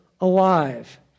alive